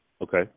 Okay